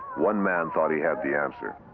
one man thought he had the answer.